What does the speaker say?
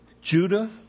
Judah